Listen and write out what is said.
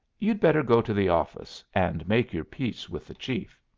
you'd better go to the office and make your peace with the chief.